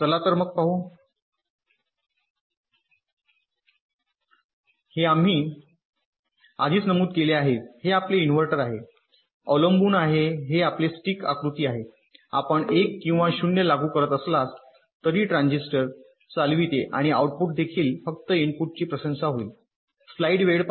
चला तर मग पाहू हे आम्ही आधीच नमूद केले आहे हे आपले इन्व्हर्टर आहे अवलंबून आहे हे आपले स्टिक आकृती आहे आपण 1 किंवा 0 लागू करत असलात तरी एक ट्रान्झिस्टर चालविते आणि आउटपुट देईल फक्त इनपुटची प्रशंसा होईल